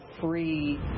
free